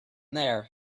there